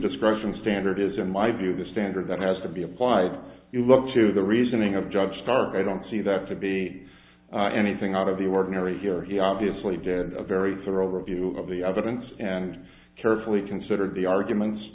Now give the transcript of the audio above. discretion standard is in my view the standard that has to be applied you look to the reasoning of judge starr i don't see that to be anything out of the ordinary here he obviously did a very thorough review of the evidence and carefully considered the arguments